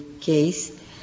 case